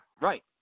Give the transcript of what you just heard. right